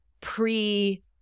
pre